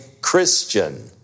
Christian